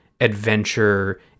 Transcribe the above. adventure